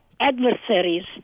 adversaries